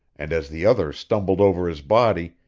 and as the other stumbled over his body,